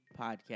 Podcast